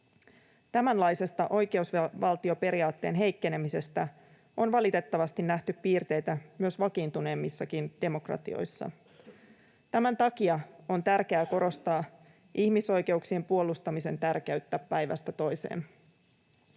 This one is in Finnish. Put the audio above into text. Tämänlaisesta oikeusvaltioperiaatteen heikkenemisestä on valitettavasti nähty piirteitä myös vakiintuneemmissakin demokratioissa. Tämän takia on tärkeää korostaa ihmisoikeuksien puolustamisen tärkeyttä päivästä toiseen.